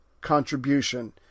contribution